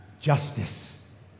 justice